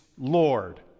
Lord